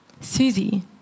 Susie